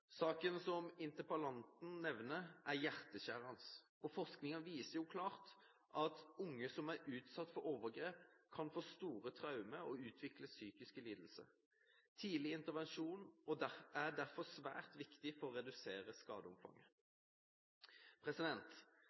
Saken som interpellanten nevner, er hjerteskjærende. Forskningen viser klart at unge som er utsatt for overgrep, kan få store traumer og utvikle psykiske lidelser. Tidlig intervensjon er derfor svært viktig for å redusere